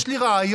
יש לי רעיון,